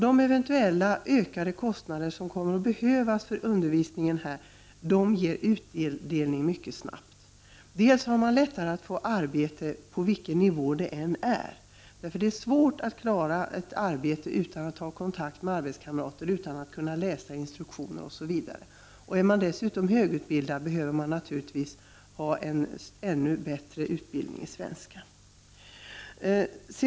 De eventuella ökade kostnader som kommer att behövas för undervisningen ger mycket snart utdelning. Invandrarna kommer att få lättare att få ett arbete på vilken nivå det än är fråga om. Det är svårt att klara av ett arbete utan att ha kontakt med arbetskamrater, utan att kunna läsa instruktioner osv. Den som dessutom är högutbildad behöver ha en ännu bättre utbildning i svenska.